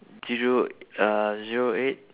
zero uh zero eight